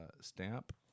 stamp